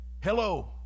hello